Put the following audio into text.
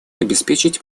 обеспечить